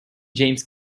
james